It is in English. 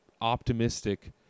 optimistic